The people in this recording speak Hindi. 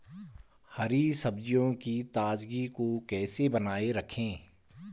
हरी सब्जियों की ताजगी को कैसे बनाये रखें?